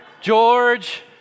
George